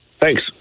Thanks